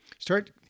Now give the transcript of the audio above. Start